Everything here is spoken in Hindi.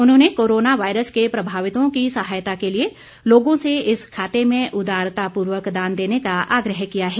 उन्होंने कोरोना वायरस के प्रभावितों की सहायता के लिए लोगों से इस खाते में उदारता पूर्वक दान देने का आग्रह किया है